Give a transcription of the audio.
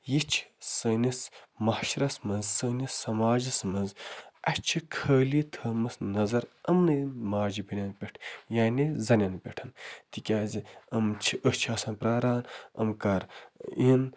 یہِ چھِ سٲنِس معاشرَس منٛز سٲنِس سماجَس منٛز اسہِ چھِ خٲلی تھٲومٕژ نظر یِمنٕے ماجہِ بیٚنٮ۪ن پٮ۪ٹھ یعنی زَنٮ۪ن پٮ۪ٹھ تِکیٛازِ یِم چھِ أسۍ چھِ آسان پراران یِم کَر یِن